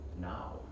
now